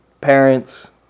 parents